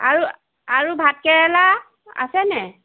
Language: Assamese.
আৰু আৰু ভাতকেৰেলা আছেনে